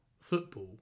football